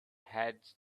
had